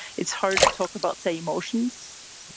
it's hard to talk about, say, emotions.